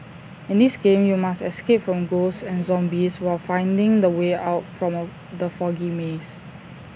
in this game you must escape from ghosts and zombies while finding the way out from the foggy maze